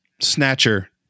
Snatcher